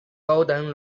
golden